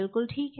काफी उचित